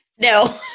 No